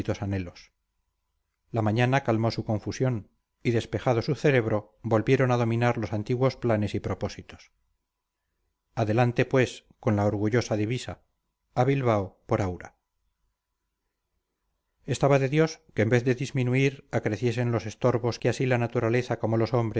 la mañana calmó su confusión y despejado su cerebro volvieron a dominar los antiguos planes y propósitos adelante pues con la orgullosa divisa a bilbao por aura estaba de dios que en vez de disminuir acreciesen los estorbos que así la naturaleza como los